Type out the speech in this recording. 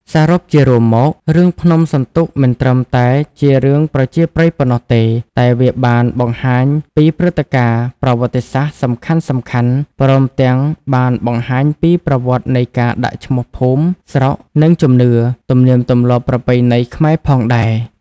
សរុបជារួមមក រឿង ភ្នំសន្ទុកមិនត្រឹមតែជារឿងប្រជាប្រិយប៉ុណ្ណោះទេ តែវាបានបង្ហាញពីព្រឹត្តិការណ៍ប្រវត្តិសាស្រ្ដសំខាន់ៗ ព្រមទាំងបានបង្ហាញពីប្រវត្តិនៃការដាក់ឈ្មោះភូមិស្រុក និងជំនឿ ទំនៀមទម្លាប់ប្រពៃណីខ្មែរផងដែរ។